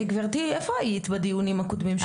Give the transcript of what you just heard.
גברתי, איפה היית בדיונים הקודמים שלנו?